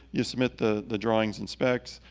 you submit the the drawings and specs,